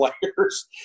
players